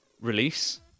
release